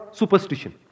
superstition